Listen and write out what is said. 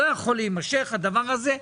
לא יכול להימשך הדבר הזה.